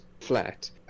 flat